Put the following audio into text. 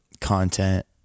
content